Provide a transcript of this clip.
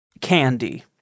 Candy